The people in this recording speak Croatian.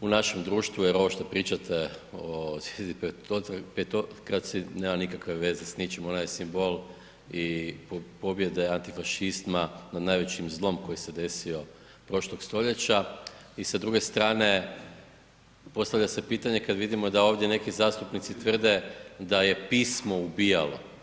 u našem društvu jer ovo što pričate zvijezdi petokraci, nema nikakve s ničim, ona je simbol i pobjede antifašizma nad najvećim zlom koji se desio prošlog stoljeća i sa druge strane postavlja se pitanje kad vidimo da ovdje neki zastupnici tvrde da je pismo ubijalo.